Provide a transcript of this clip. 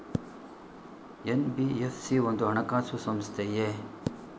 NBFC ಒಂದು ಹಣಕಾಸು ಸಂಸ್ಥೆಯೇ?